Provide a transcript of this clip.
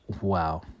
wow